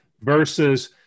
Versus